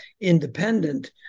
independent